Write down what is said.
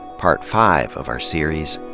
part five of our series,